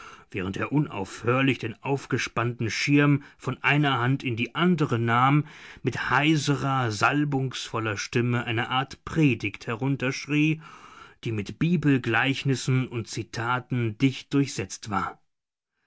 während er unaufhörlich den aufgespannten schirm von einer hand in die andere nahm mit heiserer salbungsvoller stimme eine art predigt herunterschrie die mit bibelgleichnissen und zitaten dicht durchsetzt war